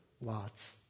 Lot's